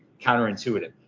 counterintuitive